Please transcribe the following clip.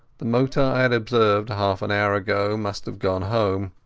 the motor i had observed half an hour ago must have gone home.